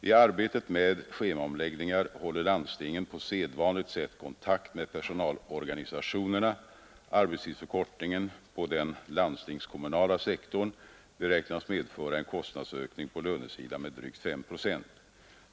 Vid arbetet med schemaomläggningar håller landstingen på sedvanligt sätt kontakt med personalorganisationerna. Arbetstidsförkortningen på den landstingskommunala sektorn beräknas medföra en kostnadsökning på lönesidan med drygt 5 procent.